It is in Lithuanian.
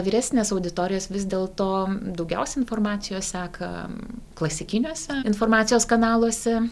vyresnės auditorijos vis dėlto daugiausia informacijos seka klasikiniuose informacijos kanaluose